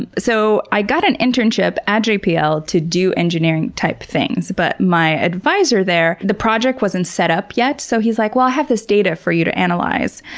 and so i got an internship at jpl to do engineering-type things, but my advisor there, the project wasn't set up yet so he's like, well, i have this data for you to analyze.